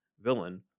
villain